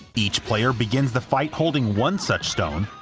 each player begins the fight holding one such stone,